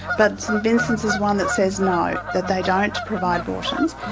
but st vincents is one that says no that they don't provide abortions.